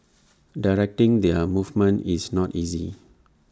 directing their movement is not easy